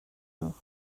nhw